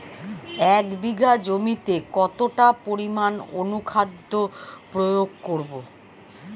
এক বিঘা জমিতে কতটা পরিমাণ অনুখাদ্য প্রয়োগ করব?